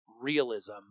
realism